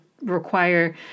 require